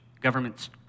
Governments